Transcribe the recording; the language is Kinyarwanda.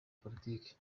politiki